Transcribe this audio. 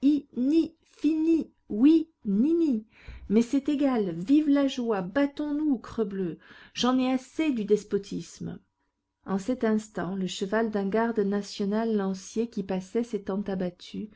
oui nini mais c'est égal vive la joie battons nous crebleu j'en ai assez du despotisme en cet instant le cheval d'un garde national lancier qui passait